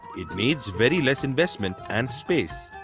it needs very less investment and space.